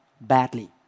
badly